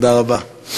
תודה רבה.